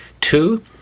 two